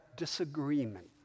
disagreement